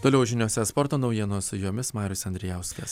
toliau žiniose sporto naujienos su jomis marius andrijauskas